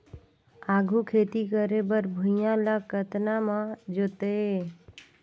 आघु खेती करे बर भुइयां ल कतना म जोतेयं?